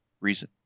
reason